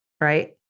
right